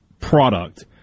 product